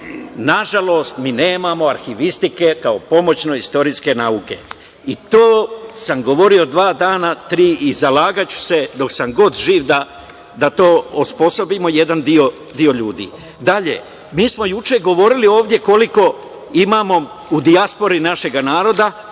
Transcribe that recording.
nažalost, mi nemamo arhivistiku kao pomoćnu istorijsku nauku. O tome sam govorio dva dana, tri i zalagaću se dok god sam živ da to osposobimo jedan deo ljudi. Dalje, mi smo juče govorili ovde koliko imamo u dijaspori našeg naroda,